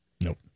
Nope